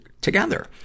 together